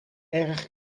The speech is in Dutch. erg